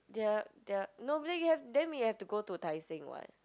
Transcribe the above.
their their no but then we have to go to Tai-Seng [what]